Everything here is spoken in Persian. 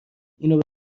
اینو